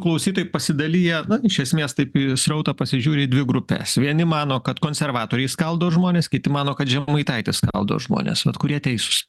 klausytojai pasidalija iš esmės taip į srautą pasižiūri į dvi grupes vieni mano kad konservatoriai skaldo žmones kiti mano kad žemaitaitis skaldo žmones kurie teisūs